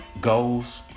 Goals